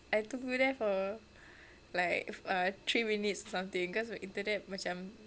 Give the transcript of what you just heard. I tunggu there for like three minutes or something because my internet macam